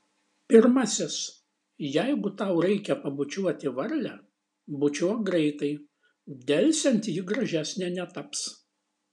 pirmasis jeigu tau reikia pabučiuoti varlę bučiuok greitai delsiant ji gražesnė netaps